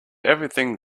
everything